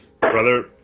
Brother